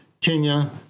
Kenya